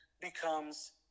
becomes